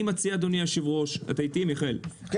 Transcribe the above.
אני מציע אדוני היושב-ראש, אתה איתי, מיכאל?